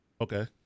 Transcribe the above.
Okay